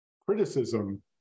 criticism